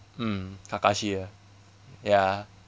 mm kakashi ah ya